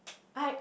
I